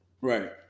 Right